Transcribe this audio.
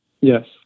Yes